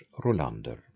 Rolander